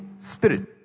spirit